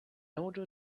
order